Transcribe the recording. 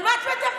על מה את מדברת?